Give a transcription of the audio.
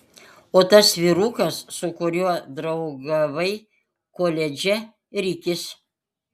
o tas vyrukas su kuriuo draugavai koledže rikis